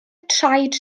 traed